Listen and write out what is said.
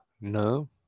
No